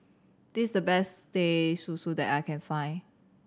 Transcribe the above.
this's the best Teh Susu that I can find